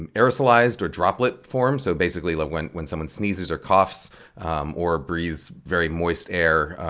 and aerosolized or droplet forms. so basically, like when when someone sneezes or coughs um or breathes very moist air,